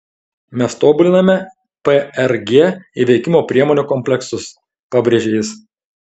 mes tobuliname prg įveikimo priemonių kompleksus pabrėžė jis